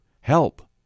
Help